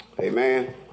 Amen